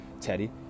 Teddy